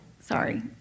sorry